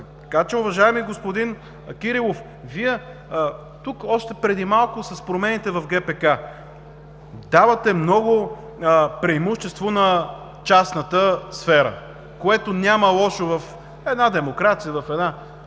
Уважаеми господин Кирилов, Вие тук още преди малко, с промените в ГПК, давате много преимущество на частната сфера, в което няма лошо в една демокрация, в една